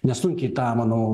nesunkiai tą manau